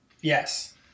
Yes